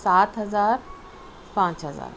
سات ہزار پانچ ہزار